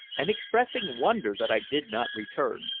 and expressing wonder that i did not return.